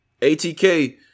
ATK